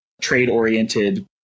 trade-oriented